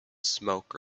smoke